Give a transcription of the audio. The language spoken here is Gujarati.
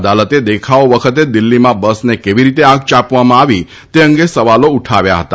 અદાલતે દેખાવો વખતે દિલ્હીમાં બસને કેવી રીતે આગ ચાંપવામા આવી તે અંગે સવાલો ઉઠાવ્યા હતા